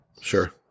Sure